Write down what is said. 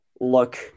look